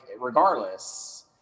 regardless